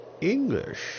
english